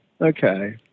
Okay